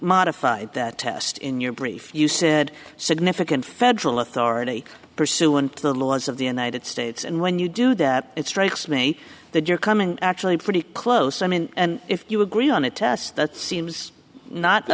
modified that test in your brief you said significant federal authority pursuant to the laws of the united states and when you do that it strikes me that you're coming actually pretty close i mean if you agree on a test that seems not a